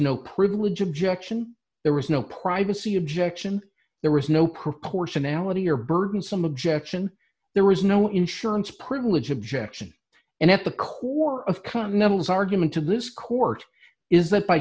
no privilege objection there was no privacy objection there was no proportionality or burdensome objection there was no insurance privilege objection and at the core of continentals argument to this court is that by